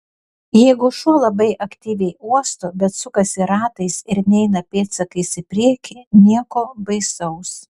jeigu šuo labai aktyviai uosto bet sukasi ratais ir neina pėdsakais į priekį nieko baisaus